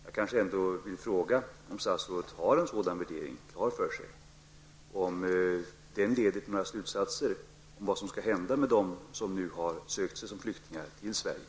Jag vill ändå fråga om statsrådet har en sådan värdering klar för sig och om den leder till några slutsatser om vad som skall hända med dem som har sökt sig som flyktingar till Sverige.